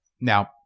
Now